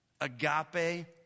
agape